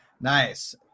Nice